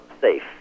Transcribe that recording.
Safe